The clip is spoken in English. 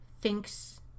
thinks